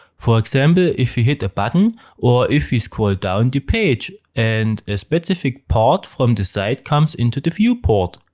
for example, if we hit a button or if we scroll down the page and a specific part from the site comes into the viewport.